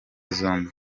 zombi